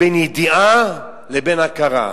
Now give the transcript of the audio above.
בין ידיעה לבין הכרה.